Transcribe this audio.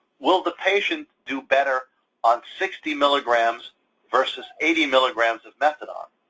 will the patient do better on sixty milligrams versus eighty milligrams of methadone?